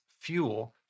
fuel